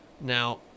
Now